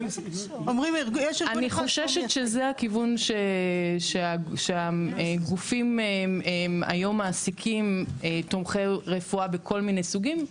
אני חוששת שזה הכיוון שהגופים היום מעסיקים תומכי רפואה בכל מיני סוגים.